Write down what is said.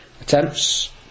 Attempts